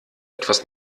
etwas